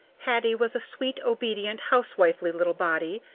hattie was a sweet, obedient, housewifely little body,